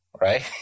right